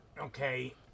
okay